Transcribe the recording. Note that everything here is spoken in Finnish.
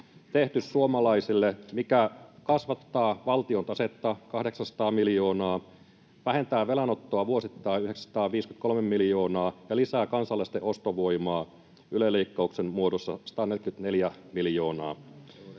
tehty suomalaisille — mikä kasvattaa valtiontasetta 800 miljoonaa, vähentää velanottoa vuosittain 953 miljoonaa ja lisää kansalaisten ostovoimaa Yle-leikkauksen muodossa 144 miljoonaa.